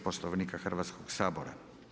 Poslovnika Hrvatskog sabora.